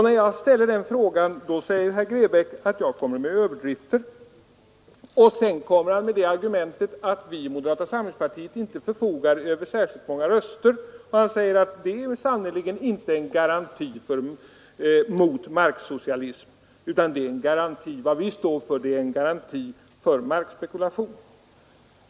När jag ställer den frågan säger herr Grebäck att jag kommer med i argumentet att vi i moderata samlingspar överdrifter. Han framför oc tiet inte förfogar över särskilt många röster och att vad vi står för sannerligen inte är en garanti mot marksocialism utan en garanti för markspekulation.